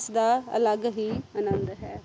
ਇਸ ਦਾ ਅਲੱਗ ਹੀ ਆਨੰਦ ਹੈ